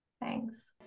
Thanks